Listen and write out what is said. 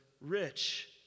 rich